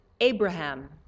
Abraham